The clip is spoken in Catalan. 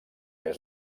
mes